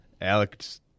Alex